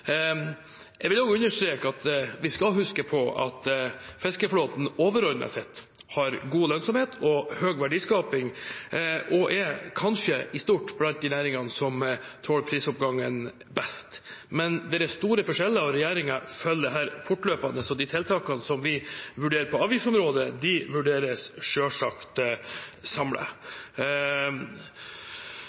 Jeg vil også understreke at vi skal huske på at fiskeflåten overordnet sett har god lønnsomhet og høy verdiskaping og er kanskje, i stort, blant de næringene som tåler prisoppgangen best. Men det er store forskjeller, og regjeringen følger dette fortløpende, så de tiltakene som vi vurderer på avgiftsområdet, de vurderes